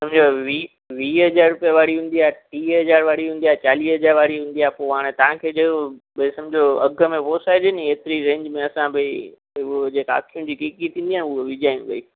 समुझो वी वीह हज़ार रुपए वारी हूंदी आहे टीह हज़ार वारी हूंदी आहे चालीह हज़ार वारी हूंदी आहे पोइ हाणे तव्हांखे जहिड़ो भई समुझो अघु में पोसाइजे नी एतिरी रेंज में असां भई हुओ जेका अखियुनि जी कीकी थींदी आहे उहा विझायूं भई